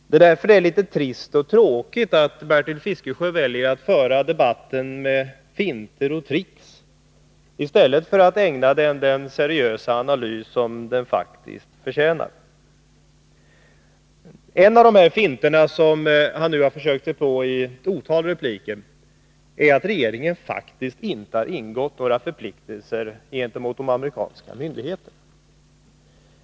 Det är därför litet tråkigt att Bertil Fiskesjö väljer att föra debatten med finter och tricks i stället för att ägna frågan den seriösa analys som den faktiskt förtjänar. En av de finter som Bertil Fiskesjö har försökt sig på i ett otal repliker är att påstå att regeringen faktiskt inte har ingått några förpliktelser gentemot de amerikanska myndigheterna.